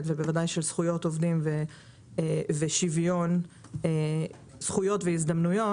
ובוודאי של זכויות עובדים ושוויון זכויות והזדמנויות,